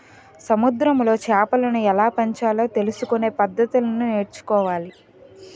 సముద్రములో చేపలను ఎలాపెంచాలో తెలుసుకొనే పద్దతులను నేర్చుకోవాలి